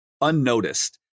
unnoticed